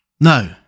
No